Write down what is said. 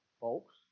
folks